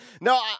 No